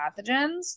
pathogens